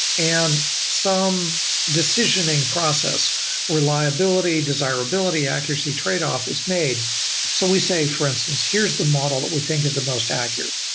and some decisioning process reliability, desirability, accuracy tradeoff is made so we say for instance, here is the model that we think is the most accurate,